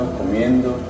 comiendo